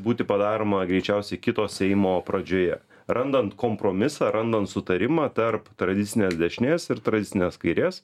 būti padaroma greičiausiai kitos seimo pradžioje randant kompromisą randant sutarimą tarp tradicinės dešinės ir tradicinės kairės